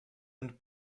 and